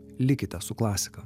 likite su klasika